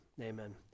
amen